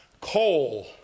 coal